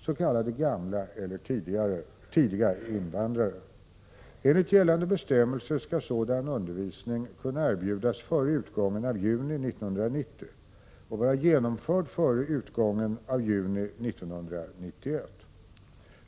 s.k. gamla eller tidigare invandrare. Enligt gällande bestämmelser skall sådan undervisning kunna erbjudas före utgången av juni 1990 och vara genomförd före utgången av juni 1991.